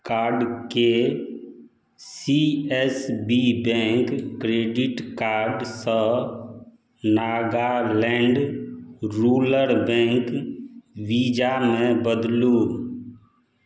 कार्डके C S B bank credit कार्डसे Nagaland rural bank वीजामे बदलू